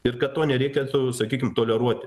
ir kad to nereikėtų sakykim toleruoti